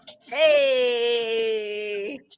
Hey